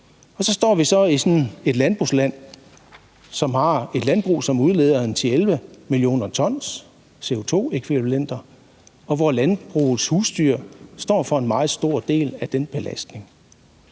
så står vi i sådan et landbrugsland, som har et landbrug, som udleder 10-11 mio. t CO₂-ækvivalenter, og hvor landbrugets husdyr står for en meget stor del af den belastning.